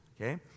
okay